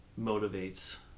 motivates